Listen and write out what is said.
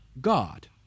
God